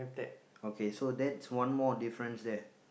okay so that's one more difference there